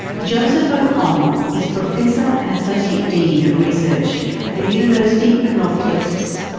joseph oppong is professor and associate dean of research at the university of north texas.